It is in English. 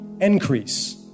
Increase